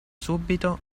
subito